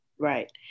Right